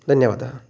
धन्यवादः